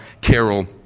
Carol